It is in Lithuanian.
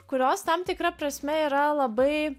kurios tam tikra prasme yra labai